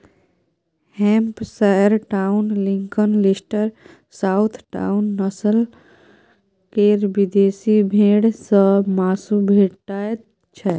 Hampshire down, Lincoln, Leicester, south down, नस्ल केर विदेशी भेंड़ सँ माँसु भेटैत छै